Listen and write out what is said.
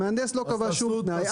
המהנדס לא קבע שום תנאי,